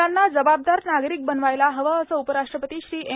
मुलांना जबाबदार नार्गारक बनवायला हवं असं उपराष्ट्रपती श्री एम